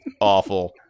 awful